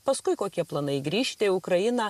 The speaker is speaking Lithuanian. paskui kokie planai grįžti į ukrainą